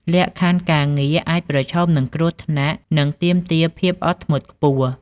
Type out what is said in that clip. លក្ខខណ្ឌការងារអាចប្រឈមនឹងគ្រោះថ្នាក់ និងទាមទារភាពអត់ធ្មត់ខ្ពស់ ។